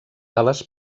ales